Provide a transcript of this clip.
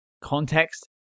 context